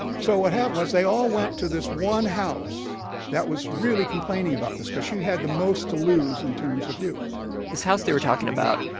so what happened was they all went to this one house that was really complaining about this because she had the most to lose in terms of view this house they were talking about,